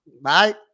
Bye